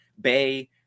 Bay